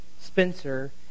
Spencer